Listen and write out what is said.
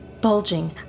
bulging